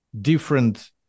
different